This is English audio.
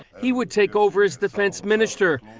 he would take over as defense minister,